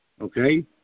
okay